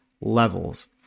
levels